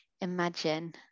imagine